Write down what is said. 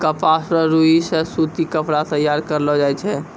कपास रो रुई से सूती कपड़ा तैयार करलो जाय छै